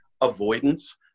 avoidance